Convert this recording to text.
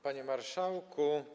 Panie Marszałku!